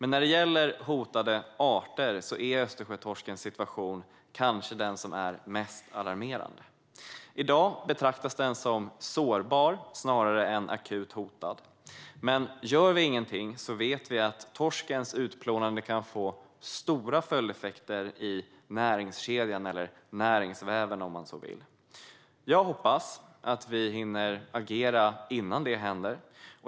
När det gäller hotade arter är Östersjötorskens situation kanske den som är mest alarmerande. I dag betraktas torsken som sårbar snarare än akut hotad. Men gör vi ingenting vet vi att torskens utplånande kan få stora följdeffekter i näringskedjan eller näringsväven, om man så vill. Jag hoppas att vi hinner agera innan det händer.